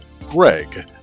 greg